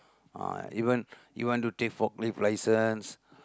uh even you want to take forklift license